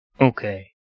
Okay